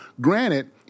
granted